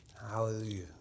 Hallelujah